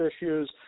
issues